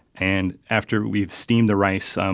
and after we've steamed the rice, um